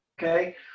okay